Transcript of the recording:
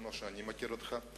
כמו שאני מכיר אותך,